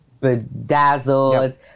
bedazzled